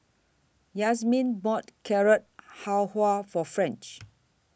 Yazmin bought Carrot Halwa For French